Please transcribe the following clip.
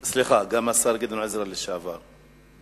סליחה, גם השר גדעון עזרא, גם אני.